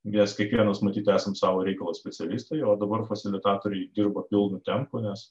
nes kiekvienas matyt esam sau reikalo specialistai o dabar fasilitatoriai dirba pilnu tempu nes